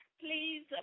please